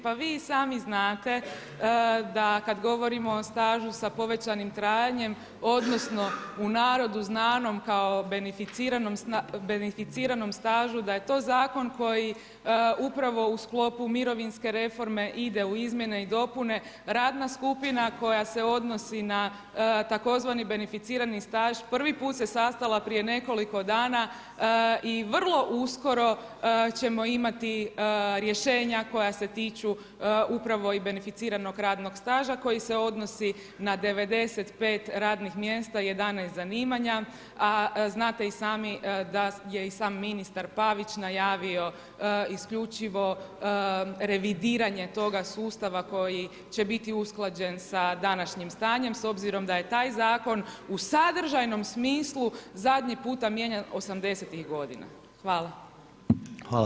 Pa vi sami znate, da kada govorimo o stažu sa povećanim trajanjem odnosno, u narodu znanom kao beneficiranom stažu, da je to zakon, koji upravo u sklopu mirovinske reforme ide u izmjene i dopune, radna skupina koja se odnosi na tzv. beneficirani staž, prvi put se sastala prije nekoliko dana i vrlo uskoro ćemo imati rješenja koja se tiču upravo i beneficiranog ranog staža, koji se odnosi na 95 radnih mjesta i 11 zanimanja, a znate i sami da je sam ministar Pavić najavio isključivo revidiranje toga sustav koji će biti usklađen sa današnjim stanjem, s obzirom da je taj zakon u sadržajnom smislu zadnji puta mijenjan '80. g. Hvala.